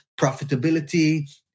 profitability